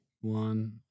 One